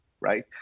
right